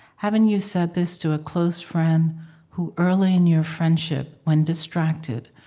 haven't you said this to a close friend who early in your friendship, when distracted,